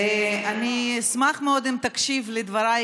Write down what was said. אני אשמח מאוד אם תקשיב לדבריי,